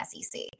SEC